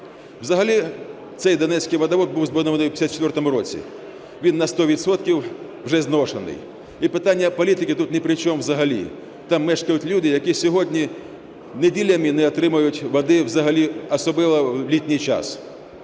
Взагалі цей донецький водовід був збудований у 54-му році. Він на сто відсотків уже зношений. І питання політики тут ні причому взагалі, там мешкають люди, які сьогодні неділями не отримують води взагалі, а особливо в літній час.